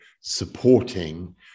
supporting